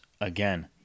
again